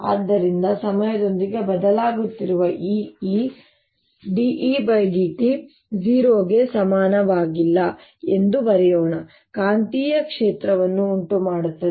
ಆದ್ದರಿಂದ ಸಮಯದೊಂದಿಗೆ ಬದಲಾಗುತ್ತಿರುವ ಈ E ಆದ್ದರಿಂದ d E d t 0 ಗೆ ಸಮಾನವಾಗಿಲ್ಲ ಎಂದು ಬರೆಯೋಣ ಕಾಂತೀಯ ಕ್ಷೇತ್ರವನ್ನು ಉಂಟುಮಾಡುತ್ತದೆ